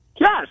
Yes